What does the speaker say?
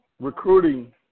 recruiting